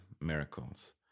miracles